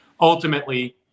ultimately